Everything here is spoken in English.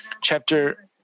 Chapter